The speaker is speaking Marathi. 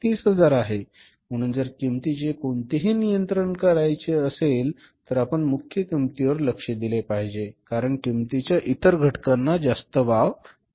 130000 आहे म्हणून जर किंमतीचे कोणतेही नियंत्रण वापरावे लागले तर आपण मुख्य किंमतीवर लक्ष दिले पाहिजे कारण किंमतीच्या इतर घटकांना वाव नाही